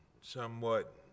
somewhat